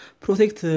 protect